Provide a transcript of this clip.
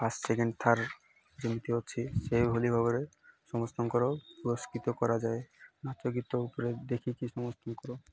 first second third ଯେମିତି ଅଛି ସେଇଭଳି ଭାବରେ ସମସ୍ତଙ୍କର ପୁରସ୍କୃତ କରାଯାଏ ନାଚ ଗୀତ ଉପରେ ଦେଖିକି ସମସ୍ତଙ୍କର